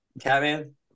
Catman